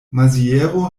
maziero